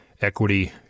equity